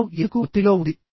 ఆవు ఎందుకు ఒత్తిడిలో ఉంది